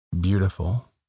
beautiful